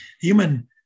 human